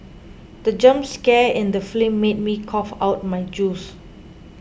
the jump scare in the film made me cough out my juice